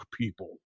people